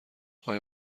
آقای